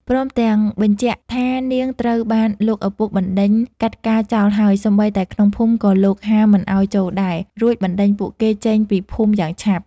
ព្រមទាំងបញ្ជាក់ថានាងត្រូវបានលោកឪពុកបណ្ដេញកាត់កាល់ចោលហើយសូម្បីតែក្នុងភូមិក៏លោកហាមមិនឲ្យចូលដែរ រួចបណ្ដេញពួកគេចេញពីភូមិយ៉ាងឆាប់។